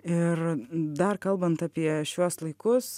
ir dar kalbant apie šiuos laikus